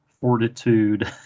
fortitude